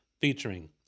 featuring